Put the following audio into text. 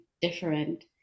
different